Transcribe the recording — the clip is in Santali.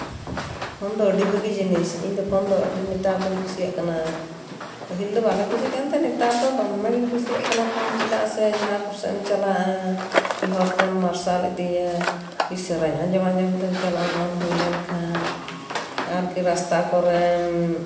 ᱯᱷᱳᱱ ᱫᱚ ᱟᱹᱰᱤ ᱵᱷᱟᱹᱜᱤ ᱡᱤᱱᱤᱥ ᱤᱧᱫᱚ ᱯᱷᱳᱱ ᱫᱚ ᱟᱹᱰᱤ ᱱᱮᱛᱟᱨ ᱫᱩᱧ ᱠᱩᱥᱤᱭᱟᱜ ᱠᱟᱱᱟ ᱯᱟᱹᱦᱤᱞ ᱫᱚ ᱵᱟᱞᱮ ᱠᱩᱥᱤᱜ ᱠᱟᱱ ᱛᱟᱦᱮᱸᱫ ᱱᱮᱛᱟᱨ ᱫᱚ ᱫᱚᱢᱢᱮᱜᱤᱧ ᱠᱩᱥᱤᱭᱟᱜ ᱠᱟᱱᱟ ᱯᱷᱳᱱ ᱪᱮᱫᱟᱜ ᱥᱮ ᱡᱟᱦᱟᱸ ᱠᱚ ᱥᱮᱡ ᱮᱢ ᱪᱟᱞᱟᱜᱼᱟ ᱠᱤ ᱦᱚᱨᱛᱮᱢ ᱢᱟᱨᱥᱟᱞ ᱤᱫᱤᱭᱟ ᱠᱤ ᱥᱮᱨᱮᱧ ᱟᱸᱡᱚᱢ ᱟᱸᱡᱚᱢ ᱛᱮᱢ ᱪᱟᱞᱟᱜᱼᱟ ᱢᱚᱱ ᱦᱩᱭ ᱞᱮᱱᱠᱷᱟᱱ ᱟᱨᱠᱤ ᱨᱟᱥᱛᱟ ᱠᱚᱨᱮᱢ